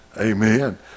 amen